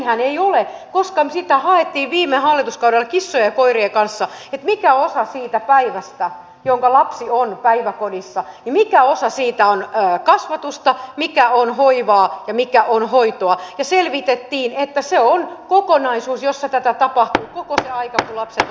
näinhän ei ole koska sitä haettiin viime hallituskaudella kissojen ja koirien kanssa mikä osa siitä päivästä jonka lapsi on päiväkodissa on kasvatusta mikä on hoivaa ja mikä on hoitoa ja selvitettiin että se on kokonaisuus jossa tätä tapahtuu koko se aika kun lapset ovat varhaiskasvatuksessa